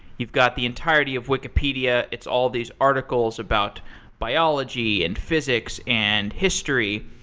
you've got the entirety of wikipedia, it's all of these articles about biology, and physics, and history,